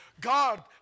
God